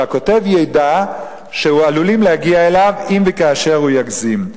שהכותב ידע שעלולים להגיע אליו אם וכאשר הוא יגזים.